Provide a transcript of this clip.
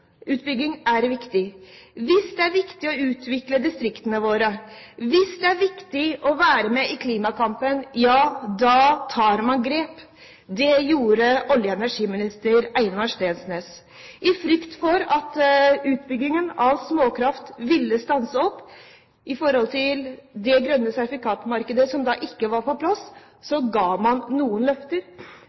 det er viktig å utvikle distriktene våre, hvis det er viktig å være med i klimakampen – da tar man grep. Det gjorde olje- og energiminister Einar Steensnæs. I frykt for at utbyggingen av småkraftverk ville stanse opp, med tanke på det grønne sertifikatmarkedet, som da ikke var på plass, ga man noen løfter.